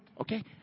okay